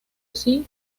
así